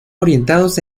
orientados